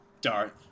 Darth